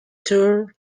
tour